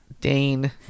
Dane